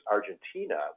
Argentina